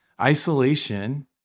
Isolation